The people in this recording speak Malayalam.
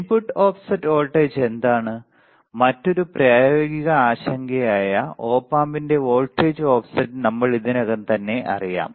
ഇൻപുട്ട് ഓഫ്സെറ്റ് വോൾട്ടേജ് എന്താണ് മറ്റൊരു പ്രായോഗിക ആശങ്ക ആയ ഓപ് ആംപ്ന്റെ വോൾട്ടേജ് ഓഫ്സെറ്റ് നമ്മൾക്ക് ഇതിനകം തന്നെ അറിയാം